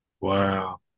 Wow